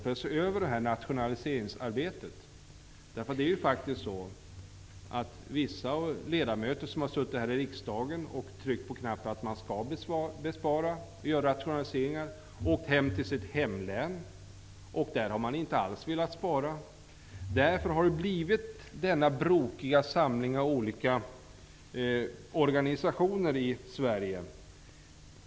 Den bör se över det här nationaliseringsarbetet. Vissa ledamöter som har suttit här i riksdagen och tryckt på knappen för att man skall göra besparingar och rationaliseringar har sedan åkt hem till sitt hemlän. Där har man inte alls velat spara. Därför har vi fått den här brokiga samlingen av olika organisationer i Sverige.